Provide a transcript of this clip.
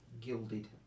gilded